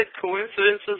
coincidences